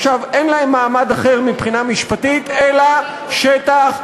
אין להם מעמד אחר מבחינה משפטית אלא שטח,